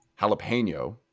jalapeno